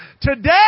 Today